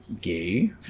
gay